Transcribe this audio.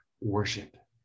worship